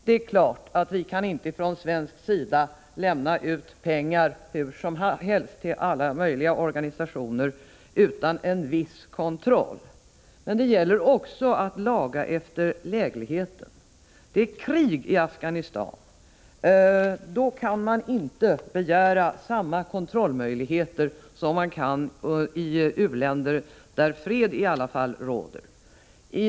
Det är klart att vi från svensk sida inte kan lämna ut pengar hur som helst till alla möjliga organisationer utan en viss kontroll. Men det gäller också att laga efter lägligheten. Det är krig i Afghanistan. Då kan man inte begära samma kontrollmöjligheter som i fråga om i-länder där fred i alla fall råder.